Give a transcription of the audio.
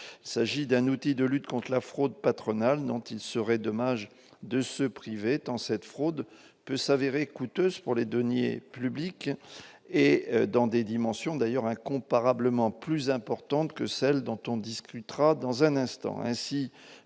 Il s'agit d'un outil de lutte contre la fraude patronale dont il serait dommage de se priver, tant cette fraude peut s'avérer coûteuse pour les deniers publics, dans une mesure d'ailleurs incomparablement plus importante que celle dont on discutera dans un instant.